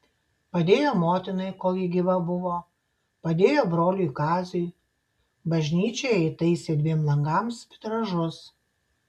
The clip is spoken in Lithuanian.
padėjo motinai kol ji gyva buvo padėjo broliui kaziui bažnyčioje įtaisė dviem langams vitražus